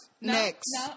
Next